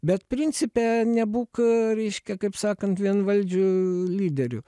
bet principe nebūk reiškia kaip sakant vienvaldžiu lyderiu